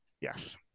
Yes